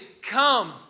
come